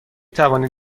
توانید